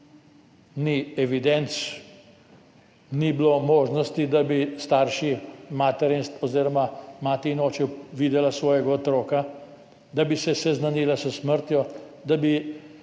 Ni evidenc, ni bilo možnosti, da bi starši oziroma mati in oče videla svojega otroka, da bi se seznanila s smrtjo, da bi